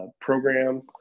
program